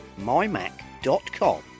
mymac.com